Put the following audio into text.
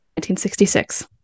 1966